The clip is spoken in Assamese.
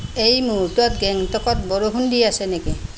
এই মুহূৰ্তত গেংটকত বৰষুণ দি আছে নেকি